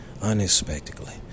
unexpectedly